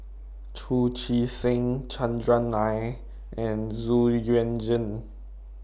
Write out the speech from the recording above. Chu Chee Seng Chandran Nair and Zu Yuan Zhen